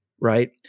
Right